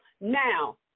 Now